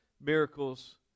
miracles